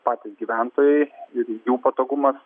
patys gyventojai ir jų patogumas